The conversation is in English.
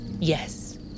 Yes